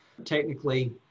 Technically